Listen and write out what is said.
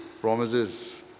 promises